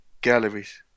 galleries